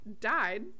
died